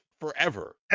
forever